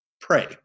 Pray